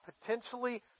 potentially